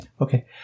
Okay